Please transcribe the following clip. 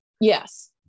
Yes